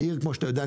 העיר כמו שאתה יודע,